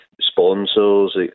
sponsors